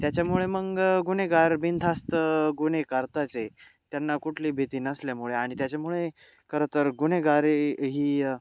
त्याच्यामुळे मग गुन्हेगार बिनधास्त गुन्हे करतातच आहेत त्यांना कुठली भीती नसल्यामुळे आणि त्याच्यामुळे खरंतर गुन्हेगारी ही